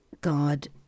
God